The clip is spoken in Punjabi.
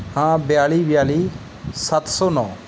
ਹਾਂ ਬਿਆਲੀ ਬਿਆਲੀ ਸੱਤ ਸੌ ਨੌਂ